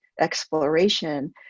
exploration